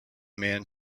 man